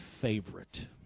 favorite